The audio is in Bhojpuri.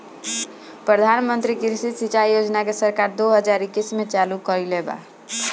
प्रधानमंत्री कृषि सिंचाई योजना के सरकार दो हज़ार इक्कीस में चालु कईले बा